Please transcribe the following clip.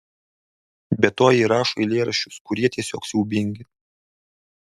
be to ji rašo eilėraščius kurie tiesiog siaubingi